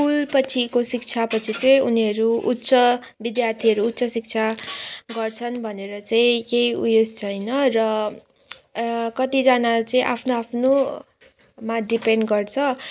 school पछिको शिक्षा पछि चाहिँ उनीहरू उच्च विद्यार्थीहरू शिक्षा गर्छन् भनेर चाहिँ केही उयोस छैन र कतिजना चाहिँ आफ्नो आफ्नोमा डिपेन्ड गर्छ